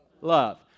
Love